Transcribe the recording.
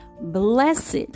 blessed